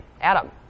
Adam